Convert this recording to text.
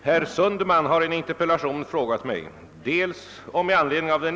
Herr talman!